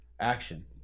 Action